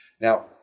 Now